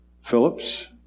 Phillips